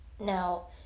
Now